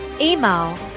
email